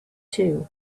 too